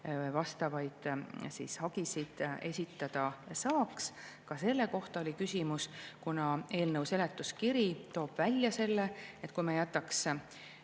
vastavaid hagisid esitada saaks. Ka selle kohta oli küsimus, kuna eelnõu seletuskiri toob välja, et kui me võtaks